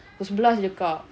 pukul sebelas jer kak